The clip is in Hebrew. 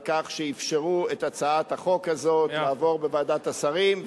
על כך שאפשרו להצעת החוק הזאת לעבור בוועדת השרים,